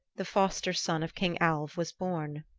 the fosterson of king alv, was born.